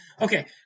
Okay